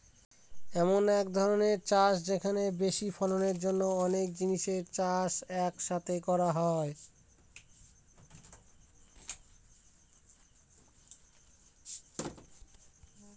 এমন এক ধরনের চাষ যেখানে বেশি ফলনের জন্য অনেক জিনিসের চাষ এক সাথে করা হয়